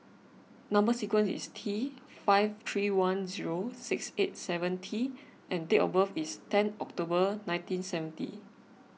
Number Sequence is T five three one zero six eight seven T and date of birth is ten October nineteen seventy